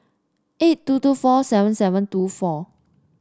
eight two two four seven seven two four